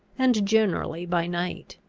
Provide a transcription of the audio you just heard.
and generally by night.